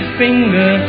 finger